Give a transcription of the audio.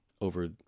over